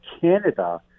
Canada